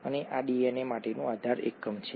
અને આ ડીએનએ માટેનું આધાર એકમ છે